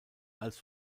als